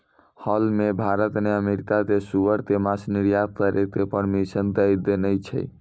हाल मॅ भारत न अमेरिका कॅ सूअर के मांस निर्यात करै के परमिशन दै देने छै